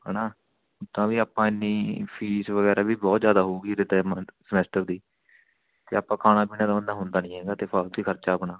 ਹੈ ਨਾ ਤਾਂ ਵੀ ਆਪਾਂ ਇੰਨੀ ਫੀਸ ਵਗੈਰਾ ਵੀ ਬਹੁਤ ਜ਼ਿਆਦਾ ਹੋਵੇਗੀ ਮੰਨਥ ਸਮੈਸਟਰ ਦੀ ਅਤੇ ਆਪਾਂ ਖਾਣਾ ਪੀਣਾ ਤਾਂ ਇੰਨਾਂ ਹੁੰਦਾ ਨਹੀਂ ਹੈਗਾ ਅਤੇ ਫਾਲਤੂ ਹੀ ਖਰਚਾ ਆਪਣਾ